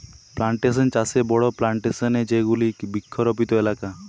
plantation চাষে বড়ো plantation এ যেগুলি বৃক্ষরোপিত এলাকা